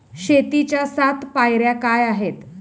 शेतीच्या सात पायऱ्या काय आहेत?